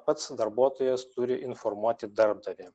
pats darbuotojas turi informuoti darbdavį